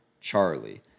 Charlie